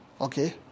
okay